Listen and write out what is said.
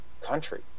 country